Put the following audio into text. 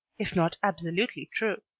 if not absolutely true.